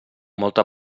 molta